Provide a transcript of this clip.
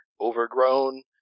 overgrown